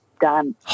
done